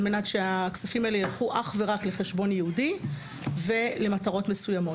על מנת שהכספים האלה ילכו אך ורק לחשבון ייעודי ולמטרות מסוימות,